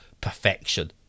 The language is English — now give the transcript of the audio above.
perfection